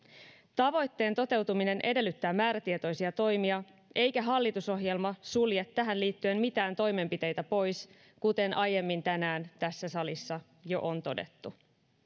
tavoitteen toteutuminen edellyttää määrätietoisia toimia eikä hallitusohjelma sulje tähän liittyen mitään toimenpiteitä pois kuten aiemmin tänään tässä salissa jo on todettu